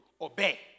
obey